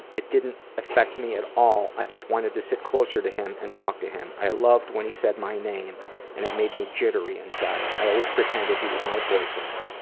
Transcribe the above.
it it didn't affect me at all, i just wanted to sit closer to him and talk to him. i loved when he said my name and it made me jittery inside. i always pretended he was my boyfriend.